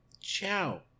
Ciao